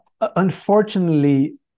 Unfortunately